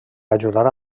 ajudar